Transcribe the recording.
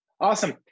Awesome